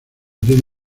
tiene